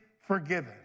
forgiven